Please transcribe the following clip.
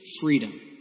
freedom